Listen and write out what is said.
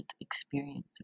experience